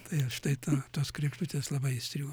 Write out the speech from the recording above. tai aš tai ta tos kregždutės labai įstrigo